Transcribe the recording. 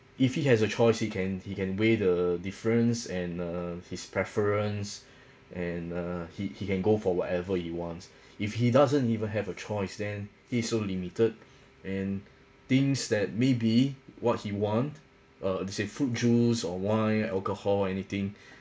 if he has a choice he can he can weigh the difference and uh his preference and uh he he can go for whatever he wants if he doesn't even have a choice then he's so limited and things that may be what he want uh let's say fruit juice or wine alcohol or anything